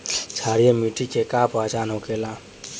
क्षारीय मिट्टी के का पहचान होखेला?